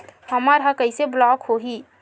हमर ह कइसे ब्लॉक होही?